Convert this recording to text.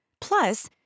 Plus